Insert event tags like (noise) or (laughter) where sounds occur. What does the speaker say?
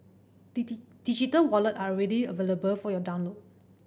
(unintelligible) digital wallet are already available for your download